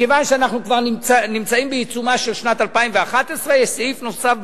מכיוון שאנחנו כבר נמצאים בעיצומה של שנת 2011 יש בחוק סעיף נוסף,